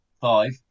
five